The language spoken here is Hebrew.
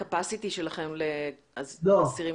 זאת הקיבולת שלכם?